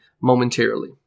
momentarily